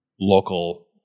local